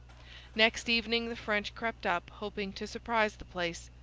next evening the french crept up, hoping to surprise the place.